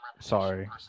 sorry